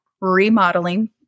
remodeling